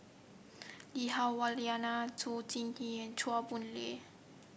Lee Hah Wah Elena Zhou Ying Chua Boon Lay